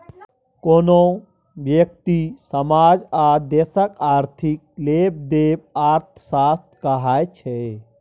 कोनो ब्यक्ति, समाज आ देशक आर्थिक लेबदेब अर्थशास्त्र कहाइ छै